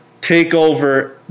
takeover